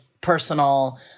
personal